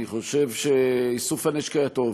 אני חושב שאיסוף הנשק היה טוב,